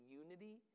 unity